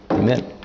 Amen